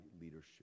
leadership